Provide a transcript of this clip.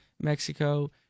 Mexico